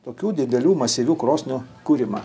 tokių didelių masyvių krosnių kūrimą